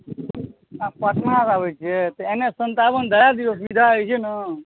अहाँ पटना आबै छियै तऽ एन एच सन्तावन धरा दिऔ बुझल अछि ने